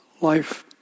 Life